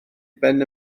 ben